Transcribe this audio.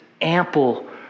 ample